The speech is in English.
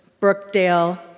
Brookdale